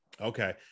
Okay